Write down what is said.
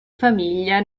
famiglia